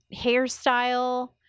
hairstyle